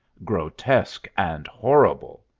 grotesque and horrible.